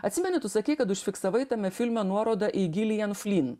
atsimeni tu sakei kad užfiksavai tame filme nuorodą į gilijan flyn